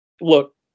Look